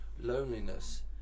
loneliness